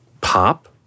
pop